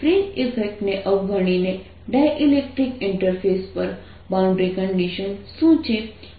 fringe ઇફેક્ટને અવગણીને dielectric interface પર બાઉન્ડ્રી કન્ડિશન શું છે